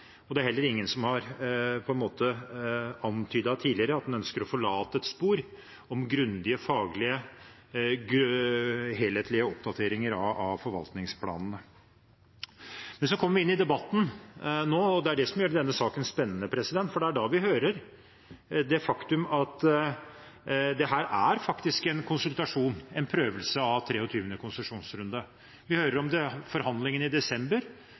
sammenheng. Det er heller ingen som har antydet tidligere at en ønsker å forlate et spor om grundige, faglige, helhetlige oppdateringer av forvaltningsplanen. Men så kommer vi inn i debatten nå – og det er det som gjør denne saken spennende – og hører det faktum at dette er en konsultasjon, en prøvelse av 23. konsesjonsrunde. Vi hører om forhandlingene i desember,